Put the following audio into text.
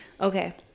Okay